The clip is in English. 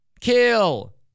kill